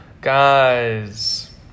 Guys